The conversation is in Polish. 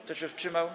Kto się wstrzymał?